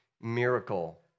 miracle